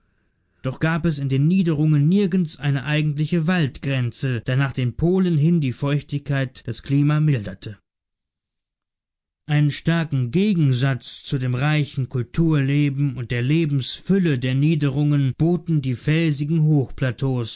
doch gab es in den niederungen nirgends eine eigentliche waldgrenze da nach den polen hin die feuchtigkeit das klima milderte einen starken gegensatz zu dem reichen kulturleben und der lebensfülle der niederungen boten die felsigen